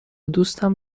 دوستم